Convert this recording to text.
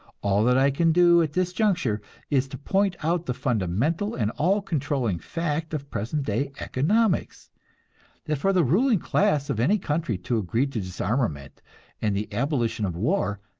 all that i can do at this juncture is to point out the fundamental and all-controlling fact of present-day economics that for the ruling class of any country to agree to disarmament and the abolition of war,